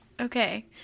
Okay